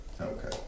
Okay